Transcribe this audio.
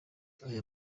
aya